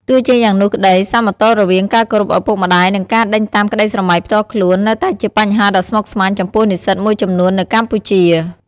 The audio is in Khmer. ទោះជាយ៉ាងនោះក្ដី សមតុល្យរវាងការគោរពឪពុកម្ដាយ និងការដេញតាមក្ដីស្រមៃផ្ទាល់ខ្លួន នៅតែជាបញ្ហាដ៏ស្មុគស្មាញចំពោះនិស្សិតមួយចំនួននៅកម្ពុជា។